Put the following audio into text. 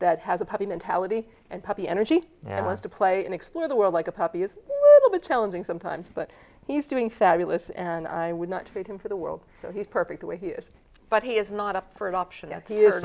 that has a puppy mentality and puppy energy and less to play and explore the world like a puppy is a bit challenging sometimes but he's doing fabulous and i would not trade him for the world so he's perfect the way he is but he is not up for adoption